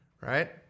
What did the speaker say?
right